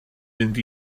mynd